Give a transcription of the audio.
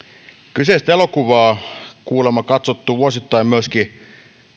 kyseistä elokuvaa on kuulemma katsottu vuosittain myöskin